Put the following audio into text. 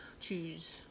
Choose